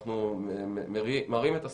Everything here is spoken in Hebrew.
אנחנו מראים את הסיכון.